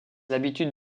l’habitude